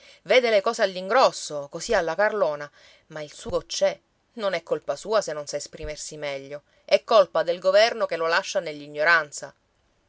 vede le cose all'ingrosso così alla carlona ma il sugo c'è non è colpa sua se non sa esprimersi meglio è colpa del governo che lo lascia